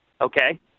Okay